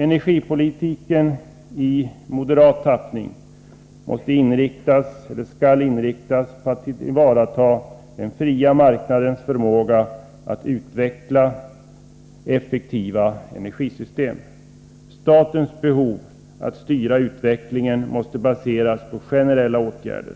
Energipolitiken i moderat tappning skall inriktas på att tillvarata den fria marknadens förmåga att utveckla effektiva energisystem. Statens behov av att styra utvecklingen måste baseras på generella åtgärder.